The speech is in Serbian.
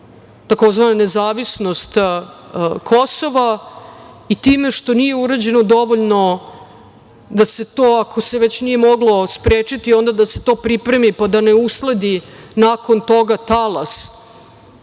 tzv. nezavisnost Kosova i time što nije urađeno dovoljno da se to, ako se već nije moglo sprečiti, onda da se to pripremi pa da ne usledi nakon toga talas